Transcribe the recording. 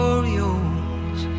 Orioles